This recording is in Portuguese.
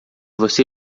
você